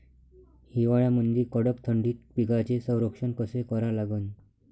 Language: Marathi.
हिवाळ्यामंदी कडक थंडीत पिकाचे संरक्षण कसे करा लागन?